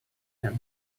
him